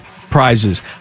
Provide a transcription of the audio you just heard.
prizes